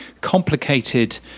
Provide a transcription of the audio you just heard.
complicated